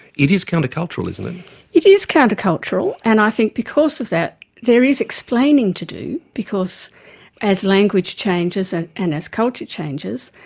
it is counter-cultural isn't it? it is counter-cultural. and i think because of that there is explaining to do because as language changes ah and as culture changes,